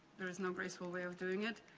there is no graceful way of doing it.